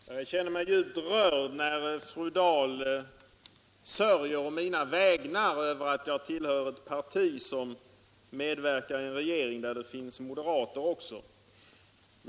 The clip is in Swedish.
Herr talman! Jag känner mig djupt rörd när fru Dahl sörjer på mina vägnar över att jag tillhör ett parti som medverkar i en regering där det finns moderater också.